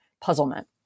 puzzlement